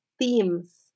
themes